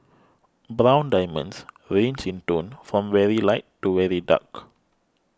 brown diamonds range in tone from very light to very dark